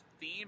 theme